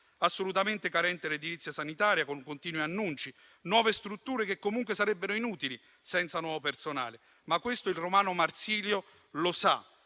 Assolutamente carente è l'edilizia sanitaria, con continui annunci di nuove strutture, che comunque sarebbero inutili senza nuovo personale, ma questo il romano Marsilio lo sa,